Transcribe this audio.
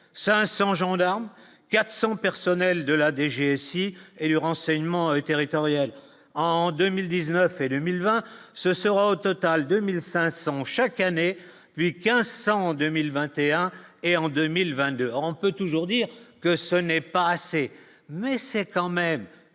500 gendarmes, 400 personnels de la DGSI et du renseignement territorial en 2000 19 et 2020, ce sera au total 2500 chaque année les 1500 2021 et en 2022, on peut toujours dire que ce n'est pas assez, mais c'est quand même